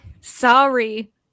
Sorry